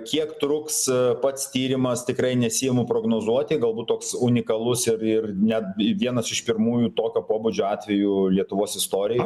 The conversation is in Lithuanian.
kiek truks pats tyrimas tikrai nesiimu prognozuoti galbūt toks unikalus ir ir net vienas iš pirmųjų tokio pobūdžio atvejų lietuvos istorijoj